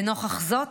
לנוכח זאת,